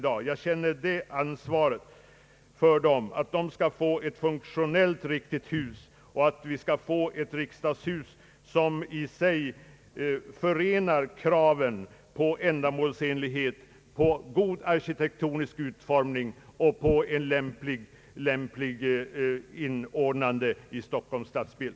Vi måste medverka till ett riksdagshus som i sig förenar kraven på ändamålsenlighet, god arkitektonisk utformning och ett lämpligt inordnande i Stockholms stadsbild.